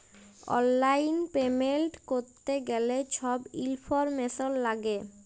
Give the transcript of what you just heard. অললাইল পেমেল্ট ক্যরতে গ্যালে ছব ইলফরম্যাসল ল্যাগে